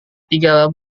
tiga